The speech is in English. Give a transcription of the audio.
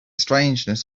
strangeness